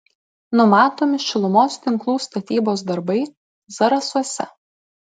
numatomi šilumos tinklų statybos darbai zarasuose